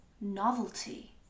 novelty